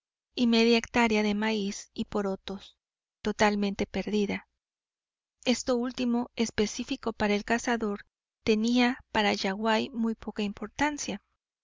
y media hectárea de maíz y porotos totalmente perdida esto último específico para el cazador tenía para yaguaí muy poca importancia